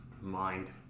mind